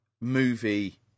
movie